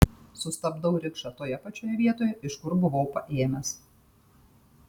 sustabdau rikšą toje pačioje vietoje iš kur buvau paėmęs